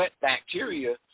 bacteria